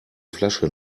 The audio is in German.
flasche